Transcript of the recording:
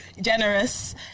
Generous